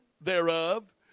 thereof